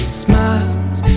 smile's